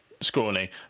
scrawny